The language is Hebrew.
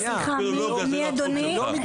סליחה, מי אדוני?